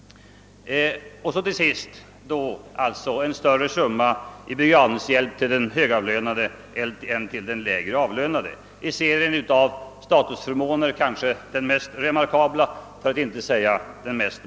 Och så till sist en större summa i begravningshjälp för de högavlönade än till de lägre avlönade, i serien av statusförmåner den mest remarkabla, för att inte säga makabra.